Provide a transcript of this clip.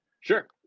Sure